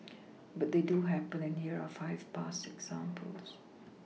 but they do happen and here are five past examples